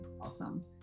awesome